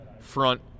front